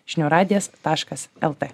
žinių radijas taškas lt